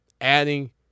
adding